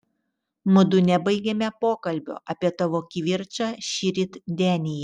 mudu nebaigėme pokalbio apie tavo kivirčą šįryt denyje